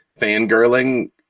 fangirling